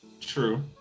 True